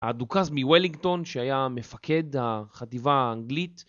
הדוכס מוולינגטון שהיה מפקד החטיבה האנגלית